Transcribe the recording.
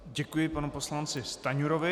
Děkuji panu poslanci Stanjurovi.